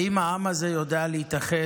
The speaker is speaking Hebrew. האם העם הזה יודע להתאחד